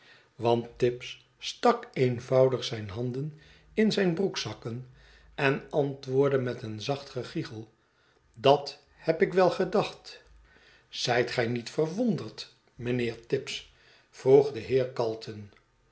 want tibbs stak eenvoudig zijn handen in zijn broekzakken en antwoordde met een zacht gegiggel dat heb ik wel gedacht zijt gij niet verwonderd mijnheer tibbs vroeg de heer